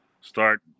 start